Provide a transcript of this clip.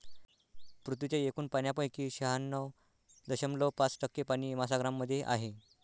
पृथ्वीच्या एकूण पाण्यापैकी शहाण्णव दशमलव पाच टक्के पाणी महासागरांमध्ये आहे